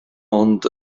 ond